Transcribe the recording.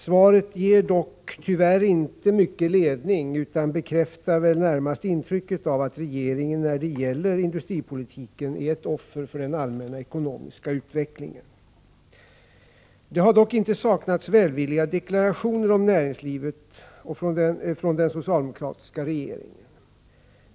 Svaret ger dock tyvärr inte mycket ledning utan bekräftar närmast intrycket av att regeringen när det gäller industripolitiken är ett offer för den allmänna ekonomiska utvecklingen. Det har dock inte saknats välvilliga deklarationer om näringslivet från den socialdemokratiska regeringen.